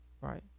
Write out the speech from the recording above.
right